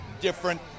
different